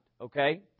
okay